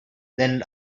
than